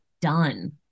done